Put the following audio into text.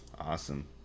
Awesome